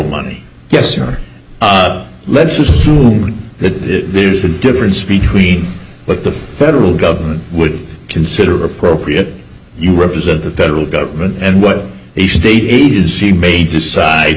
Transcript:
money yes or not let's assume that there's a difference between what the federal government would consider appropriate you represent the federal government and what a state agency may decide